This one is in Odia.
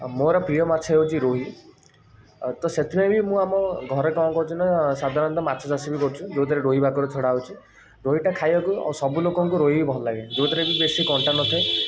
ମୋର ପ୍ରିୟ ମାଛ ହେଉଛି ରୋହି ଅ ତ ସେଥିପାଇଁ ଆମ ଘରେ ମୁଁ କ'ଣ କରୁଛିନା ସାଧାରଣତଃ ମାଛ ଚାଷ କରୁଛି ରୋହି ଭାକୁର ଛଡ଼ାଯାଉଛି ରୋହିଟା ଖାଇବାକୁ ଓ ସବୁଲୋକଙ୍କୁ ଖାଇବାକୁ ଭଲଲାଗେ ଯେଉଁଥିରେକି ବେଶୀ କଣ୍ଟା ନଥାଏ